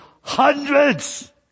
hundreds